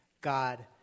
God